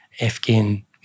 Afghan